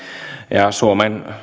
ja suomen